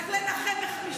לך לנחם משפחות